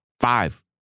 five